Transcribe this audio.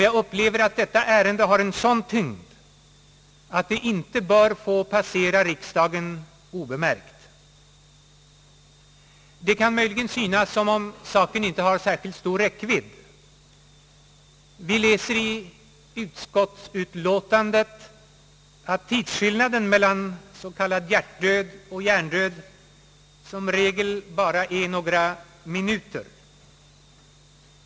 Jag upplever att detta ärende har en sådan tyngd att det inte bör passera riksdagen obemärkt. Det kan möjligen förefalla som om saken inte har särskilt stor räckvidd. Vi läser i utskottsutlåtandet att tidsskillnaden mellan s.k. hjärtdöd och hjärndöd som regel bara är några minuter.